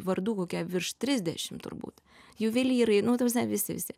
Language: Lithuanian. vardų kokie virš trisdešim turbūt juvelyrai nu ta prasme visi visi